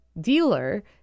dealer